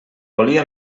volia